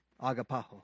agapaho